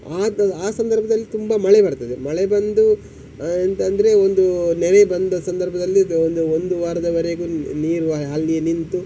ಆದ ಆ ಸಂದರ್ಭದಲ್ಲಿ ತುಂಬ ಮಳೆ ಬರ್ತದೆ ಮಳೆ ಬಂದು ಎಂತ ಅಂದರೆ ಒಂದು ನೆರೆ ಬಂದ ಸಂದರ್ಭದಲ್ಲಿ ಒಂದು ವಾರದವರೆಗೂ ನೀರು ಅಲ್ಲಿಯೇ ನಿಂತು